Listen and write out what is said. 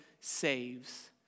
saves